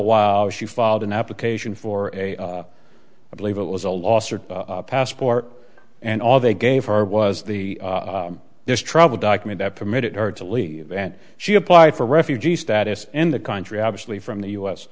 while she filed an application for a i believe it was a loss or passport and all they gave her was the there's trouble document that permitted her to leave and she applied for refugee status in the country obviously from the u s